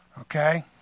Okay